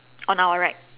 on our right